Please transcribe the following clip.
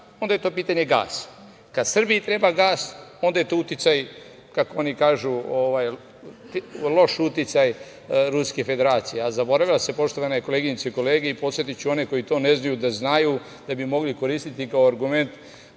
onda je to pitanje gasa, a kada Srbiji treba gas, onda je to loš uticaj Ruske Federacije. Zaboravilo se, poštovane koleginice i kolege i podsetiću one koji to ne znaju da znaju, da bi mogli koristiti kao argument,